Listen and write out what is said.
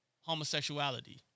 homosexuality